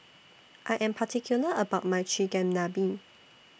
I Am particular about My Chigenabe